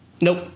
Nope